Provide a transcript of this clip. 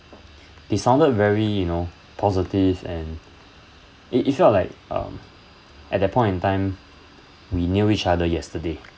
they sounded very you know positive and it it felt like um at that point in time we knew each other yesterday